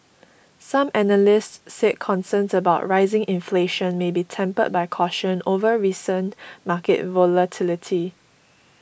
some analysts said concerns about rising inflation may be tempered by caution over recent market volatility